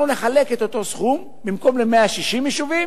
אנחנו נחלק את אותו סכום במקום ל-160 יישובים,